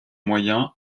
moyen